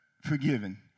forgiven